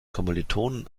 kommilitonen